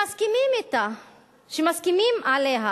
שמסכימים עליה